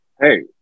Hey